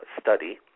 study